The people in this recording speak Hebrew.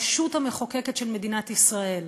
הרשות המחוקקת של מדינת ישראל,